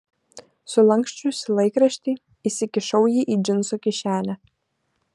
sulanksčiusi laikraštį įsikišau jį į džinsų kišenę